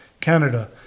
Canada